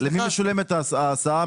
למי משולמת ההסעה?